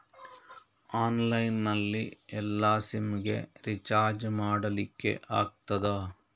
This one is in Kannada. ಆನ್ಲೈನ್ ನಲ್ಲಿ ಎಲ್ಲಾ ಸಿಮ್ ಗೆ ರಿಚಾರ್ಜ್ ಮಾಡಲಿಕ್ಕೆ ಆಗ್ತದಾ?